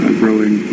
growing